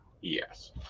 Yes